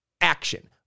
action